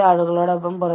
relaxation ടെക്നിക്കുകൾ